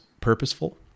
purposeful